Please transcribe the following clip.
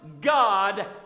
God